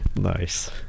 Nice